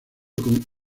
con